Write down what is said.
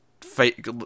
fight